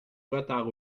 retard